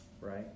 right